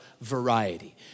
variety